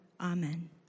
amen